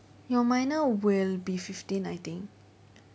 your minor will be fifteen I think